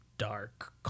dark